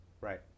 Right